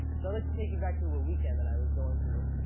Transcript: so i'd like to take you back to a weekend that i was going through.